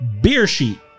Beersheet